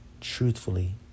truthfully